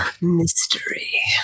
Mystery